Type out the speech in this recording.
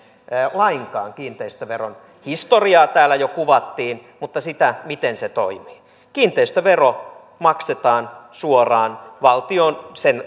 lainkaan kiinteistöveron historiaa täällä jo kuvattiin sitä miten se toimii kiinteistövero maksetaan suoraan valtio sen